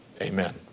Amen